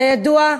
כידוע,